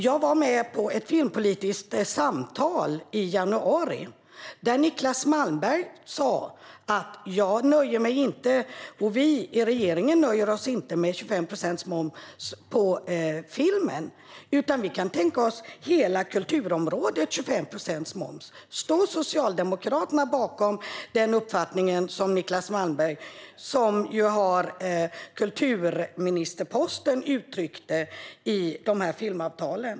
Jag var med på ett filmpolitiskt samtal i januari där Niclas Malmberg sa att han och regeringen inte nöjer sig med 25 procents moms på film utan att de kan tänka sig 25 procents moms på hela kulturområdet. Står Socialdemokraterna bakom den uppfattning som Niclas Malmberg - och kulturministerposten - uttryckte i filmavtalen?